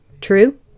True